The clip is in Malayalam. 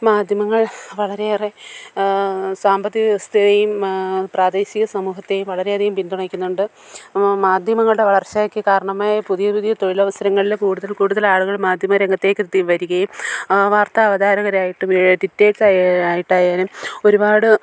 മാധ്യമങ്ങൾ വളരെയേറെ സാമ്പത്തിക വ്യവസ്ഥയെയും പ്രാദേശിക സമൂഹത്തേയും വളരെ അധികം പിന്തുണക്കുന്നുണ്ട് മാധ്യമങ്ങളുടെ വളർച്ചക്ക് കാരണമായ പുതിയ പുതിയ തൊഴിലവസരങ്ങളിൽ കൂടുതൽ കൂടുതൽ ആളുകൾ മാധ്യമരംഗത്ത് വരികയും വാർത്താ അവതാരകരായിട്ടും എഡിറ്റേറ്റ് ആയിട്ടായാലും ഒരുപാട്